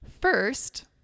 First